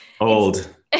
Old